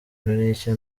nicyo